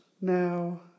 Now